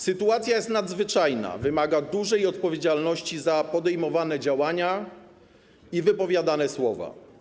Sytuacja jest nadzwyczajna, wymaga dużej odpowiedzialności za podejmowane działania i wypowiadane słowa.